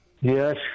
Yes